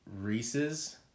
Reese's